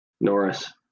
Norris